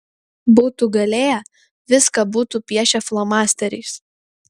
būtų galėję viską būtų piešę flomasteriais